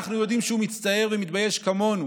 אנחנו יודעים שהוא מצטער ומתבייש כמונו